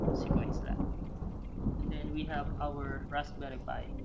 so coin slot. then we have our raspberry pi